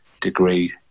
degree